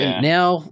now